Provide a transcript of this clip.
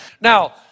Now